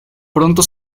pronto